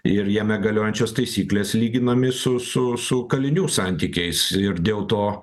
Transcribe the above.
ir jame galiojančios taisyklės lyginami su su su kalinių santykiais ir dėl to